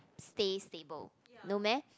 stay stable no meh